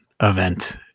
event